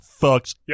fucks